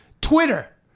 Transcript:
Twitter